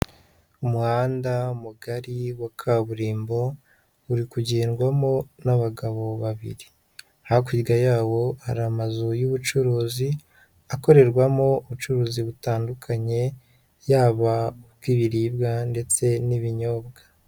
Umuhanda mugari wa kaburimbo, uri kugendwamo n'abagabo babiri, hakurya yabo hari amazu y'ubucuruzi, akorerwamo ubucuruzi butandukanye, yaba ubw'ibiribwa ndetse n'ibinyobwa.